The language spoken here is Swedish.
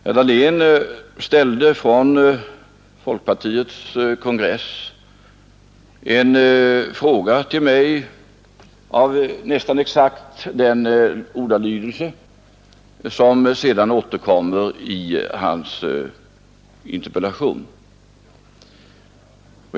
Herr Dahlén ställde från folkpartiets kongress en fråga till mig av nästan exakt den ordalydelse som sedan återkommer i hans interpellation.